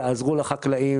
תעזרו לחקלאים.